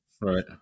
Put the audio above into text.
Right